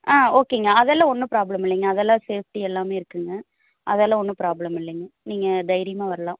ஆ ஓகேங்க அதெல்லாம் ஒன்றும் ப்ராப்ளம் இல்லைங்க அதெல்லாம் சேஃப்ட்டி எல்லாமே இருக்குதுங்க அதெல்லாம் ஒன்றும் ப்ராப்ளம் இல்லைங்க நீங்கள் தைரியமாக வரலாம்